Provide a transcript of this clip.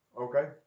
Okay